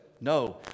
No